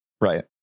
right